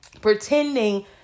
pretending